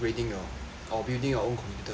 or building your own computer